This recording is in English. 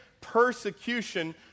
persecution